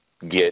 get